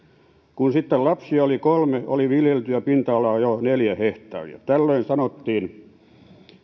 kun sitten lapsia oli kolme oli viljeltyä pinta alaa jo neljä hehtaaria tällöin sanottiin